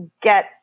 get